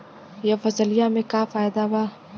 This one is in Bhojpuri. यह फसलिया में का फायदा बा?